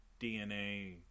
DNA